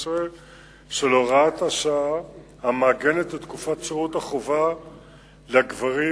של הוראת השעה המעגנת את תקופת שירות החובה לגברים,